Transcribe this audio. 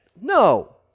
No